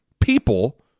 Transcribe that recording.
people